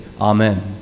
Amen